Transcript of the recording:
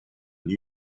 new